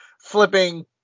flipping